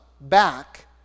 back